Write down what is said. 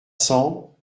cents